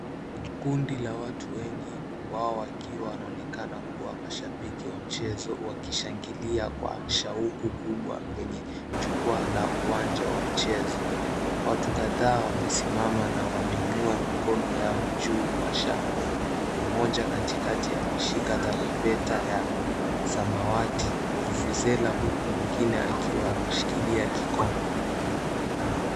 Kundi la watu wengi wao wakiwa wanaonekana wakiwa mashabiki wa mchezo wakishangilia kwa shauku kubwa kwenye jukwaa la uwanja wa mchezo. Watu kadhaa wamesimama na wameinua mikono yao juu kwa shangwe. Mmoja katikati ameshika tarumbeta ya samawati, vuvuzela huku mwingine akiwa ameshikilia kikombe.